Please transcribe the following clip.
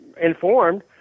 informed